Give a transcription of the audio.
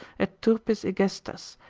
et turpis egestas,